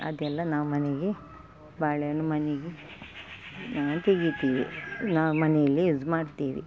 ಅದೆಲ್ಲ ನಾವು ಮನೆಗೆ ಬಾಳೆ ಹಣ್ಣು ಮನೆಗೆ ನಾವು ತೆಗಿತೇವೆ ನಾವು ಮನೆಯಲ್ಲೇ ಯೂಸ್ ಮಾಡ್ತೇವೆ